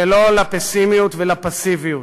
ולא לפסימיות ולפסיביות.